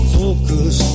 focus